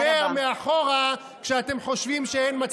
מתגבר מאחור, כשאתם חושבים שאין מצלמות.